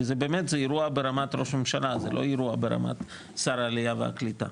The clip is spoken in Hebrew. כי זה אירוע ברמת ראש הממשלה לא אירוע ברמת שר העלייה והקליטה,